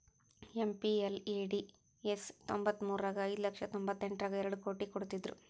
MPLADS ತ್ತೊಂಬತ್ಮುರ್ರಗ ಐದು ಲಕ್ಷ ತೊಂಬತ್ತೆಂಟರಗಾ ಎರಡ್ ಕೋಟಿ ಕೊಡ್ತ್ತಿದ್ರು